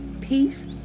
Peace